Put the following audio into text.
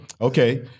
Okay